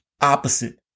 opposite